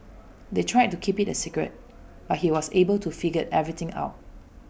they tried to keep IT A secret but he was able to figure everything out